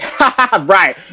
Right